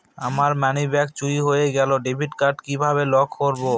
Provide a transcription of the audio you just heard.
আমার মানিব্যাগ চুরি হয়ে গেলে ডেবিট কার্ড কিভাবে লক করব?